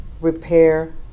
repair